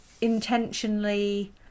intentionally